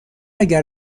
اگر